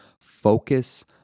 focus